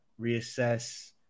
reassess